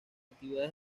actividades